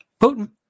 Putin